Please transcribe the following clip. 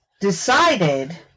decided